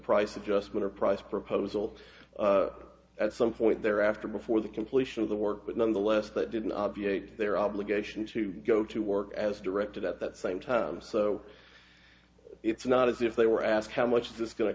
price adjustment or price proposal at some point they're after before the completion of the work but nonetheless that didn't obviate their obligation to go to work as directed at that same time so it's not as if they were asked how much is this going to